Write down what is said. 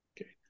okay